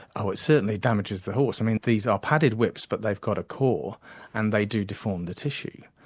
oh it certainly damages the horse. um and these are padded whips but they've got a core and they do deform the tissue,